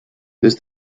this